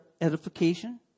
edification